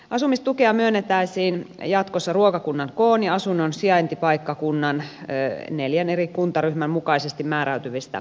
asumistukea myönnettäisiin jatkossa ruokakunnan koon ja asunnon sijaintipaikkakunnan neljän eri kuntaryhmän mukaisesti määräytyvistä enimmäisasumismenoista